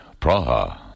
Praha